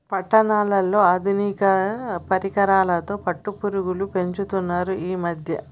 పట్నాలలో ఆధునిక పరికరాలతో పట్టుపురుగు పెంచుతున్నారు ఈ మధ్య